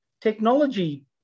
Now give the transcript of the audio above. technology